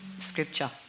scripture